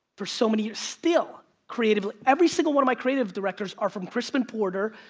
for so many years, still creatively. every single one of my creative directors are from crispin porter,